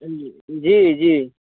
जी जी